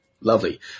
lovely